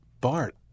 Bart